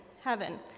heaven